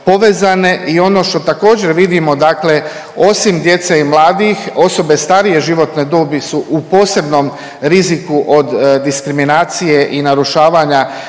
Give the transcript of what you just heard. i ono što također vidimo dakle osim djece i mladih, osobe starije životne dobi su u posebnom riziku od diskriminacije i narušavanja